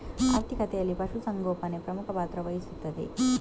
ಆರ್ಥಿಕತೆಯಲ್ಲಿ ಪಶು ಸಂಗೋಪನೆ ಪ್ರಮುಖ ಪಾತ್ರ ವಹಿಸುತ್ತದೆ